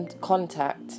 contact